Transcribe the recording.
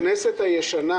הכנסת הישנה,